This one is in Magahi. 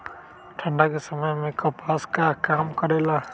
ठंडा के समय मे कपास का काम करेला?